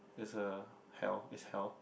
it's a hell is hell